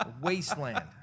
Wasteland